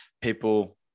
people